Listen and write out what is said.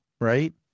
right